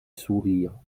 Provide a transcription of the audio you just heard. sourire